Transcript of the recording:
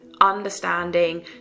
understanding